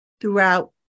throughout